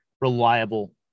reliable